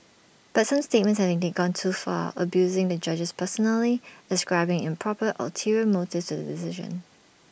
but some statements have indeed gone too far abusing the judges personally ascribing improper ulterior motives to the decision